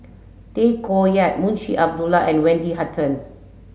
Tay Koh Yat Munshi Abdullah and Wendy Hutton